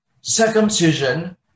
circumcision